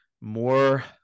more